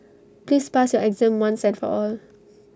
please pass your exam once and for all